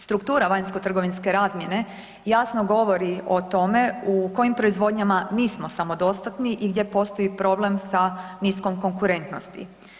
Struktura vanjsko-trgovinske razmjene jasno govori o tome u kojem proizvodnjama nismo samodostatni i gdje postoji problem sa niskom konkurentnosti.